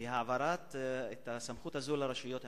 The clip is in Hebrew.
והעברת הסמכות הזאת לרשויות המקומיות.